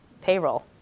payroll